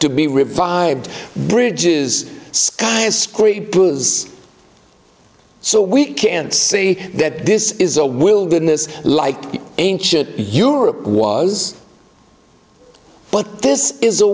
to be revived bridges skyscrapers so we can see that this is a wilderness like ancient europe was but this is